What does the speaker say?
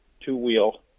two-wheel